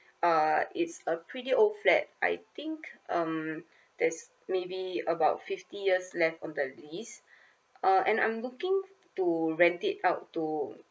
uh it's a pretty old flat I think um that's maybe about fifty years left on the list uh and I'm looking to rent it out to